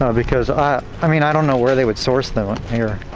um because ah i mean, i don't know where they would source them here.